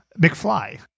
McFly